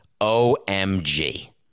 OMG